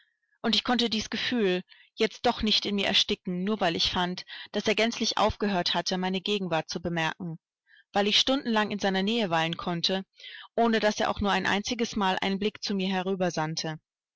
und ich konnte dies gefühl jetzt doch nicht in mir ersticken nur weil ich fand daß er gänzlich aufgehört hatte meine gegenwart zu bemerken weil ich stundenlang in seiner nähe weilen konnte ohne daß er auch nur ein einzigesmal einen blick zu mir